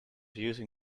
using